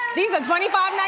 these are twenty five